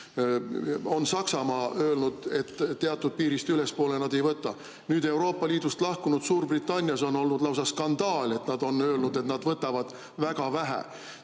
Saksamaa on öelnud, et teatud piirist ülespoole nad ei võta. Nüüd, Euroopa Liidust lahkunud Suurbritannias on olnud lausa skandaal, et nad on öelnud, et nad võtavad väga vähe.